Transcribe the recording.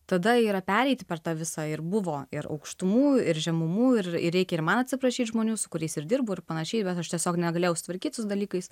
tada yra pereiti per tą visą ir buvo ir aukštumų ir žemumų ir ir reikia ir man atsiprašyt žmonių su kuriais ir dirbu ir panašiai bet aš tiesiog negalėjau sutvarkyt su dalykais